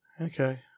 Okay